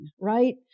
right